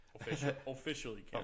Officially